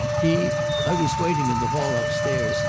he i was waiting in the hall upstairs,